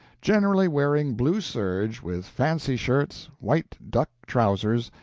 generally wearing blue serge, with fancy shirts, white duck trousers,